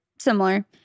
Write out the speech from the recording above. Similar